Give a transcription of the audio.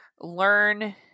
learn